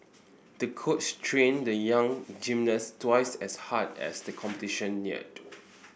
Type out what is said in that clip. the coach trained the young gymnast twice as hard as the competition neared